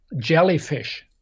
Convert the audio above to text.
jellyfish